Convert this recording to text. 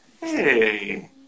Hey